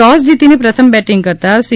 toss જીતીને પ્રથમ batting કરતાં સી